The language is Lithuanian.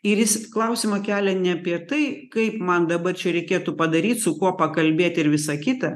ir jis klausimą kelia ne apie tai kaip man dabar čia reikėtų padaryt su kuo pakalbėt ir visa kita